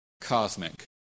cosmic